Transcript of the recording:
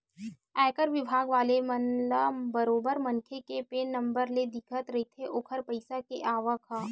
आयकर बिभाग वाले मन ल बरोबर मनखे के पेन नंबर ले दिखत रहिथे ओखर पइसा के आवक ह